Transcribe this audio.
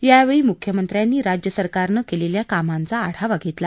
यावेळी मुख्यमंत्र्यांनी राज्य सरकारनं केलेल्या कामांचा आढावा घेतला